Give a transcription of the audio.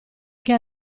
che